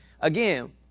Again